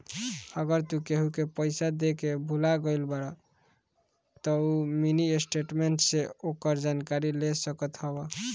अगर तू केहू के पईसा देके भूला गईल बाड़ऽ तअ मिनी स्टेटमेंट से ओकर जानकारी ले सकत हवअ